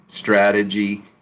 strategy